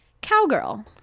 Cowgirl